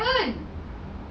no I haven't